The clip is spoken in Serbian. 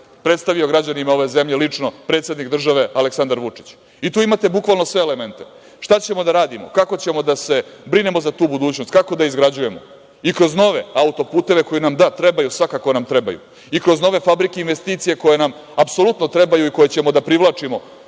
predstavio građanima ove zemlje lično predsednik države Aleksandar Vučić. Tu imate bukvalno sve elemente. Šta ćemo da radimo, kako ćemo da se brinemo za tu budućnost, kako da izgrađujemo. I kroz nove auto-puteve koji nam, da trebaju, svakako nam trebaju, kroz nove fabrike i investicije koje nam apsolutno trebaju i koje ćemo da privlačimo